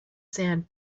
sand